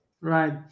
Right